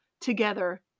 together